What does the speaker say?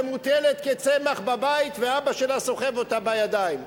שמוטלת כצמח בבית ואבא שלה סוחב אותה בידיים.